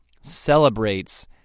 celebrates